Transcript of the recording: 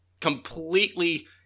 completely